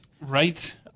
Right